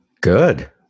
Good